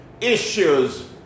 issues